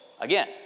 Again